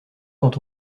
quand